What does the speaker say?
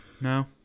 No